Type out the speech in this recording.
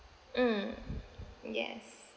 mm yes